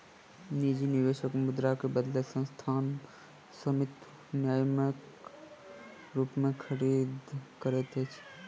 निजी निवेशक मुद्रा के बदले संस्थानक स्वामित्व न्यायसम्यक रूपेँ खरीद करैत अछि